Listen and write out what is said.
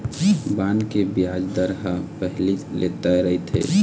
bond के बियाज दर ह पहिली ले तय रहिथे